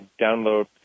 download –